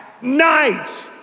night